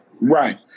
right